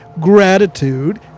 gratitude